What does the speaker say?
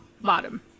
bottom